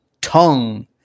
tongue